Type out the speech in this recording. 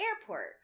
airport